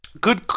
Good